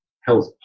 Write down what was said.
health